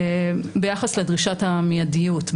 ביחס לדרישת המיידיות,